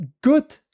good